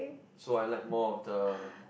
so I like more of the